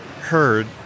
heard